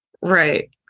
Right